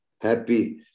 happy